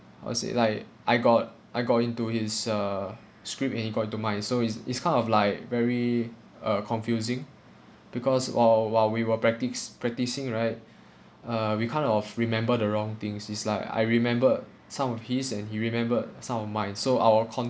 I was it like I got I got into his uh script and he got into mine so it's it's kind of like very uh confusing because while while we were practice practicing right uh we kind of remember the wrong things is like I remember some of his and he remember some of mind so our content